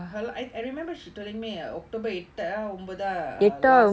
her I I remembered she telling me october எட்டா ஒன்பதா:ettaa onbathaa her last